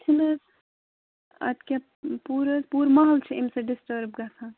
چھُن حظ اَدٕ کیٛاہ پوٗرٕ حظ پوٗرٕ ماحول چھِ امہِ سۭتۍ ڈِسٹٲرٕب گژھان